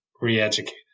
re-educated